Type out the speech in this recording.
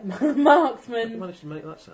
Marksman